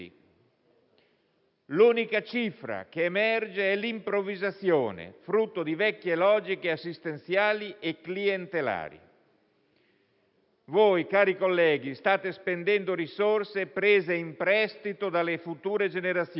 L'unica cifra che emerge è l'improvvisazione, frutto di vecchie logiche assistenziali e clientelari. Voi, cari colleghi, state spendendo risorse prese in prestito dalle future generazioni.